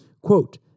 Quote